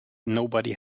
nobody